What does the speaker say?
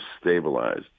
stabilized